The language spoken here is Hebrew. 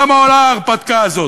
כמה עולה ההרפתקה הזאת,